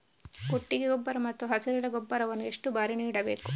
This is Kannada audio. ಕೊಟ್ಟಿಗೆ ಗೊಬ್ಬರ ಮತ್ತು ಹಸಿರೆಲೆ ಗೊಬ್ಬರವನ್ನು ಎಷ್ಟು ಬಾರಿ ನೀಡಬೇಕು?